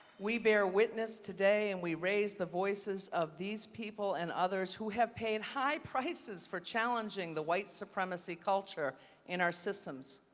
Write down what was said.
we bear witness today and we raise the voices of these people, and others, who have paid high prices for challenging the white supremacy culture in our systems.